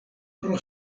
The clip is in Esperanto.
pro